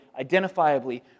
identifiably